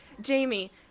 jamie